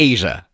Asia